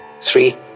three